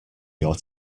your